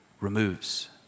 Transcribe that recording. removes